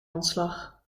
ontslag